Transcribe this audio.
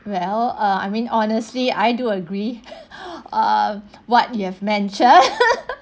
well uh I mean honestly I do agree uh what you have mentioned